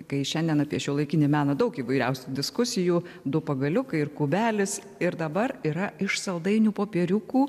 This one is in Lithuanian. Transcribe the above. kai šiandien apie šiuolaikinį meną daug įvairiausių diskusijų du pagaliukai ir kubelis ir dabar yra iš saldainių popieriukų